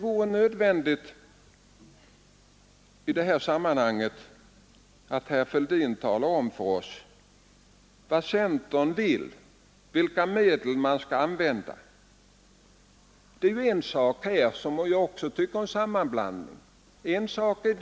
Jag tycker det är nödvändigt att herr Fälldin talar om för oss vad centern vill i det sammanhanget. Jag anser att man även har gjort en sammanblandning av begreppen.